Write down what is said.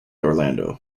orlando